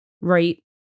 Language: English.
right